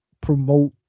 promote